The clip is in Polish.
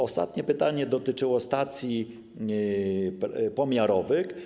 Ostatnie pytanie dotyczyło stacji pomiarowych.